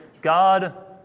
God